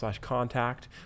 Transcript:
contact